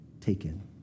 taken